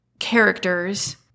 characters